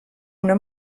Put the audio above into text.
una